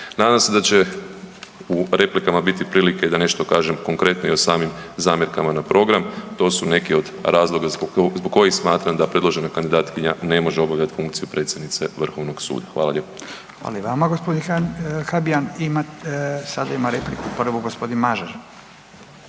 Nadam se da će u replikama biti prilike da nešto kažem konkretnije o samim zamjerkama na program. To su neki od razloga zbog kojih smatram da predložena kandidatkinja ne može obavljati funkciju predsjednice vrhovnog suda. Hvala lijepo. **Radin, Furio (Nezavisni)** Hvala i vama g. Habijan. Sad ima repliku prvo g. Mažar.